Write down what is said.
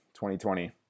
2020